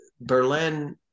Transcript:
Berlin